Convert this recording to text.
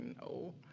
no